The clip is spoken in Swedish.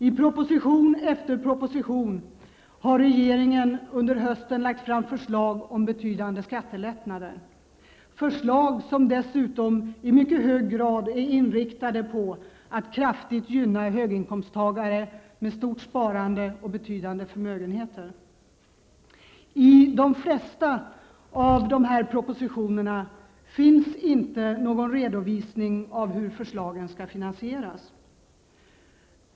I proposition efter proposition har regeringen under hösten lagt fram förslag om betydande skattelättnader, förslag som dessutom i mycket hög grad är inriktade på att kraftigt gynna höginkomsttagare med stort sparande och betydande förmögenheter. I de flesta av dessa propositioner finns inte någon redovisning av hur förslagen skall finasieras.